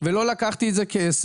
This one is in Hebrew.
וככה לאט לאט